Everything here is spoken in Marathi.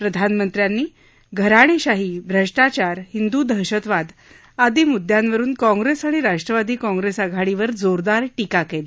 प्रधानमंत्र्यांनी घराणधीही भ्रष्टाचार हिंद् दहशतवाद आदी मुद्यांवरून काँग्रस्त आणि राष्ट्रवादी काँग्रस्त आघाडीवर जोरदार टीका कली